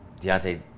Deontay